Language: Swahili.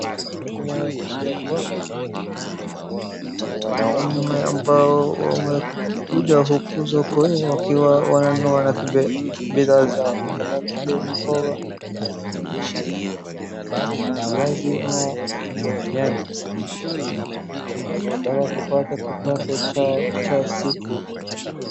Hii inaonyesha ya kwamba, kuna wanaume ambao wamekuja huku sokoni wakiwa wananunua bidhaa zao, kama mboga, viazi, na nyanya, wakitaka kupata kipato chao cha siku.